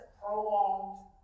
prolonged